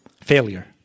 Failure